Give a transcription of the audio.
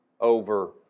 over